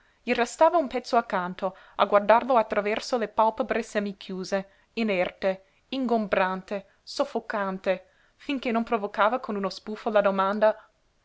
gli restava un pezzo accanto a guardarlo attraverso le pàlpebre semichiuse inerte ingombrante soffocante finché non provocava con uno sbuffo la domanda